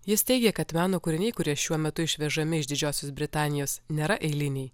jis teigė kad meno kūriniai kurie šiuo metu išvežami iš didžiosios britanijos nėra eiliniai